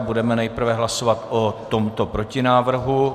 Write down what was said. Budeme nejprve hlasovat o tomto protinávrhu.